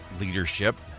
leadership